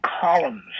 columns